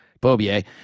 Bobier